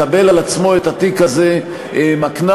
מקבל על עצמו את התיק הזה התיק הזה אולי מקנה